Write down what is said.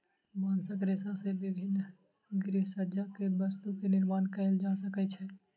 बांसक रेशा से विभिन्न गृहसज्जा के वस्तु के निर्माण कएल जा सकै छै